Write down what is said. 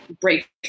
break